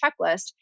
checklist